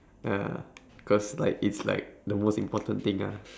ya cause like it's like the most important thing ah